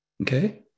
okay